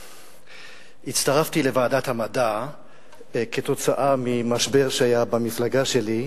הצטרפתי לוועדת המדע כתוצאה ממשבר שהיה במפלגה שלי.